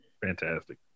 Fantastic